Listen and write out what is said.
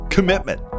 commitment